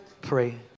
pray